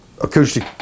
acoustic